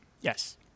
Yes